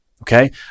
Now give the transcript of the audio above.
Okay